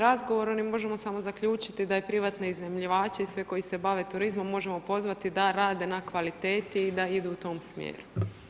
razgovorom mi možemo samo zaključiti da privatni iznajmljivači i sve koji se bave turizmom možemo pozvati da rade na kvaliteti i da idu u tom smjeru.